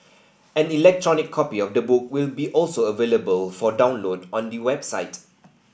an electronic copy of the book will be also available for download on the website